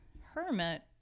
hermit